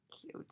Cute